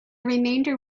remainder